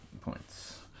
points